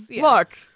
Look